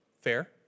Fair